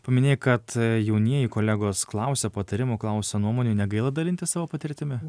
paminėjai kad jaunieji kolegos klausia patarimų klausia nuomonių negaila dalintis savo patirtimi